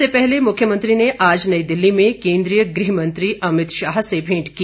इससे पहले मुख्यमंत्री ने आज नई दिल्ली में केन्द्रीय गृह मंत्री अमित शाह से भेंट की